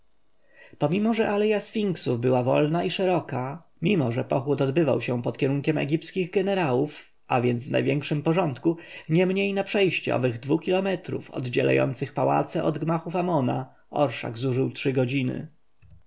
pomimo że aleja sfinksów była wolna i szeroka mimo że pochód odbywał się pod kierunkiem egipskich jenerałów a więc w największym porządku niemniej na przejście owych dwu kilometrów oddzielających pałace od gmachów amona orszak zużył trzy godziny